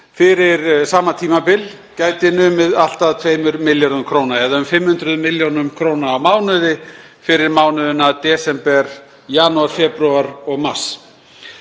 fyrir sama tímabil gæti numið allt að 2 milljörðum kr. eða um 500 millj. kr. á mánuði fyrir mánuðina desember, janúar, febrúar og mars.